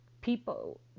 People